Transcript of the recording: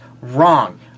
wrong